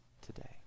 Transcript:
today